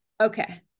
Okay